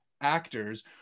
actors